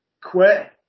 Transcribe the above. quit